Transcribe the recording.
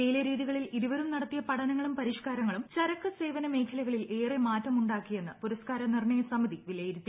ലേലരീതികളിൽ ഇരുവരും നടത്തിയ പഠനങ്ങളും പരിഷ്ക്കാരങ്ങളും ചരക്ക് സേവനമേഖല്പുകളിൽ ഏറെ മാറ്റമുണ്ടാക്കിയെന്ന് പുരസ്ക്കാര നിർണ്ണയ്ക് സമിതി വിലയിരുത്തി